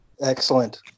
Excellent